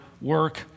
work